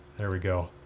there we go.